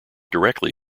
directly